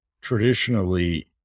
Traditionally